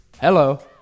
hello